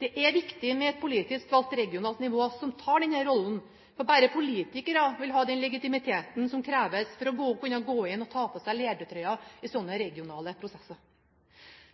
Det er viktig med et politisk valgt regionalt nivå som tar denne rollen, for bare politikere vil ha den legitimiteten som kreves for å kunne gå inn og ta på seg ledertrøyen i sånne regionale prosesser.